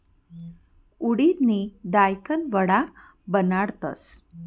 उडिदनी दायकन वडा बनाडतस